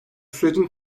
sürecin